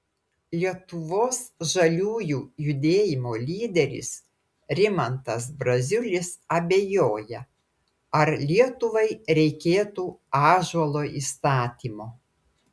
lietuvos žaliųjų judėjimo lyderis rimantas braziulis abejoja ar lietuvai reikėtų ąžuolo įstatymo